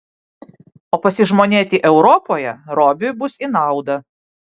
o pasižmonėti europoje robiui bus į naudą